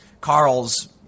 Carl's